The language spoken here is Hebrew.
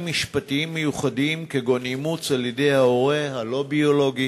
משפטיים מיוחדים כגון אימוץ על-ידי ההורה הלא-ביולוגי,